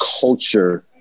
culture